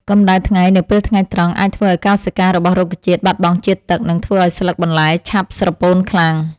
កម្ដៅថ្ងៃនៅពេលថ្ងៃត្រង់អាចធ្វើឱ្យកោសិការបស់រុក្ខជាតិបាត់បង់ជាតិទឹក និងធ្វើឱ្យស្លឹកបន្លែឆាប់ស្រពោនខ្លាំង។